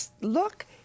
look